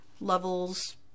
levels